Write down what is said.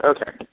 Okay